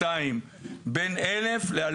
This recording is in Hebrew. זה לא 20 ולא 200. בין 1,000 ל-2,000,